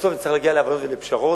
בסוף נצטרך להגיע להבנות ולפשרות,